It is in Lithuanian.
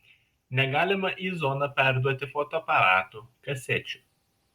negalima į zoną perduoti fotoaparatų kasečių